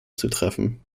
zutreffen